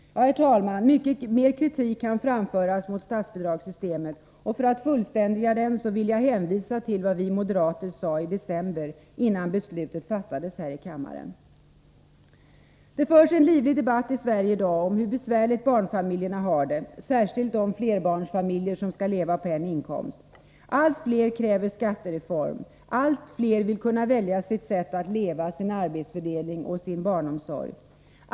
Herr talman! Mycket mer kritik kan framföras mot statsbidragssystemet, och för att fullständiga kritiken vill jag hänvisa till vad vi moderater sade i december innan beslutet fattades här i kammaren. Det förs en livlig debatt i Sverige i dag om hur besvärligt barnfamiljerna har det, särskilt de flerbarnsfamiljer som skall leva på en enda inkomst. Allt fler kräver en skattereform. Allt fler vill kunna välja sitt sätt att leva, sin arbetsfördelning och sin barnomsorg.